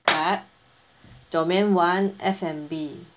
clap domain one F&B